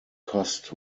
cost